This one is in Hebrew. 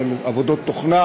של עבודות תוכנה,